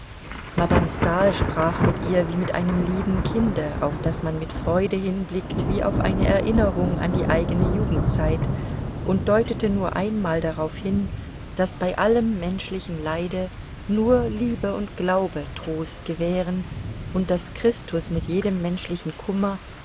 madame stahl sprach mit ihr wie mit einem lieben kinde auf das man mit freude hinblickt wie auf eine erinnerung an die eigene jugendzeit und deutete nur einmal darauf hin daß bei allem menschlichen leide nur liebe und glaube trost gewähren und daß christus mit jedem menschlichen kummer